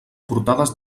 portades